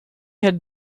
had